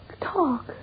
Talk